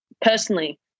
Personally